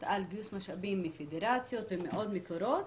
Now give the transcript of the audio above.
על גיוס משאבים מפדרציות ומעוד מקומות,